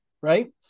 right